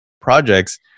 projects